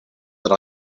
that